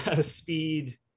speed